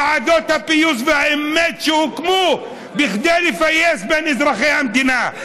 ועדות הפיוס והאמת שהוקמו כדי לפייס בין אזרחי המדינה,